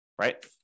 right